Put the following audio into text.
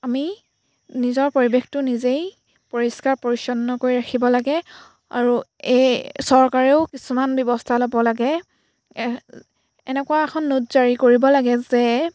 আমি নিজৰ পৰিৱেশটো নিজেই পৰিষ্কাৰ পৰিচ্ছন্ন কৰি ৰাখিব লাগে আৰু এই চৰকাৰেও কিছুমান ব্যৱস্থা ল'ব লাগে এনেকুৱা এখন নোট জাৰি কৰিব লাগে যে